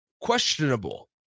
questionable